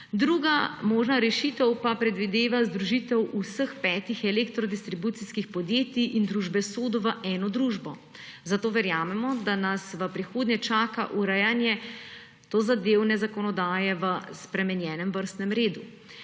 Druga možna rešitev pa predvideva združitev vseh petih elektrodistribucijskih podjetij in družbe SODO v eno družbo, zato verjamemo, da nas v prihodnje čaka urejanja tozadevne zakonodaje v spremenjenem vrstnem redu.